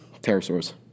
pterosaurs